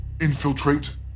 Infiltrate